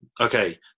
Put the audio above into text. okay